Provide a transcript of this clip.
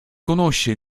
conosce